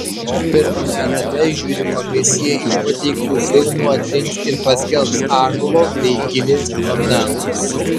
pirmame etape žiuri komisija iš pateiktų filmų atrinks ir paskelbs ąžuolo bei gilės nominantus